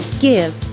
Give